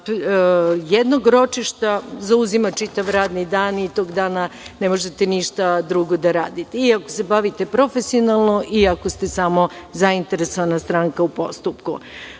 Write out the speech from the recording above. jednog ročišta, zauzima čitav radni dan i tog dana ne možete ništa drugo da radite i ako se bavite profesionalno, i ako ste samo zainteresovana stranka u postupku. Problem